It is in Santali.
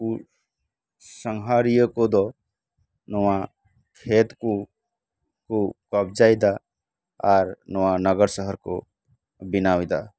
ᱱᱩᱠᱩ ᱥᱟᱸᱜᱷᱟᱨᱤᱭᱟᱹ ᱠᱚᱫᱚ ᱱᱚᱣᱟ ᱠᱷᱮᱛ ᱠᱚ ᱠᱚ ᱠᱚᱵᱽᱡᱟᱭ ᱮᱫᱟ ᱟᱨ ᱱᱚᱣᱟ ᱱᱟᱜᱟᱨ ᱥᱟᱦᱟᱨ ᱠᱚ ᱵᱮᱱᱟᱣ ᱭᱮᱫᱟ